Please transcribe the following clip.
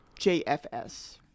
jfs